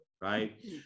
right